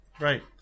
right